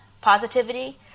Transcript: positivity